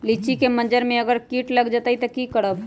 लिचि क मजर म अगर किट लग जाई त की करब?